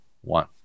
one